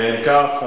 אם כך,